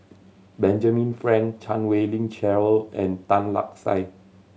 Benjamin Frank Chan Wei Ling Cheryl and Tan Lark Sye